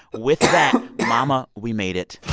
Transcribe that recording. with that, mama, we made it